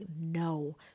no